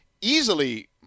easily